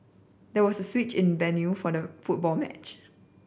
there was a switch in the venue for the football match